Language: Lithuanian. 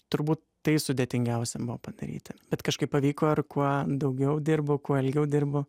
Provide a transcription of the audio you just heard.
turbūt tai sudėtingiausia buvo padaryti bet kažkaip pavyko ir kuo daugiau dirbu kuo ilgiau dirbu